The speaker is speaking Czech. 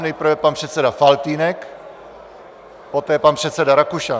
Nejprve pan předseda Faltýnek, poté pan předseda Rakušan.